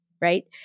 right